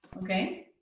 okay?